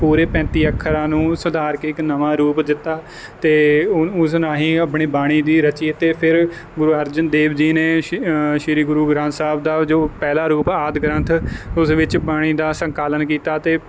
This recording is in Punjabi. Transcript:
ਪੂਰੇ ਪੈਂਤੀ ਅੱਖਰਾਂ ਨੂੰ ਸੁਧਾਰ ਕੇ ਇੱਕ ਨਵਾਂ ਰੂਪ ਦਿੱਤਾ ਅਤੇ ਉਸ ਨਾਲ ਹੀ ਆਪਣੀ ਬਾਣੀ ਦੀ ਰਚੀ ਅਤੇ ਫਿਰ ਗੁਰੂ ਅਰਜਨ ਦੇਵ ਜੀ ਨੇ ਸ਼ ਸ਼੍ਰੀ ਗੁਰੂ ਗ੍ਰੰਥ ਸਾਹਿਬ ਦਾ ਜੋ ਪਹਿਲਾ ਰੂਪ ਆਦਿ ਗ੍ਰੰਥ ਉਸ ਵਿੱਚ ਬਾਣੀ ਦਾ ਸੰਕਲਨ ਕੀਤਾ ਅਤੇ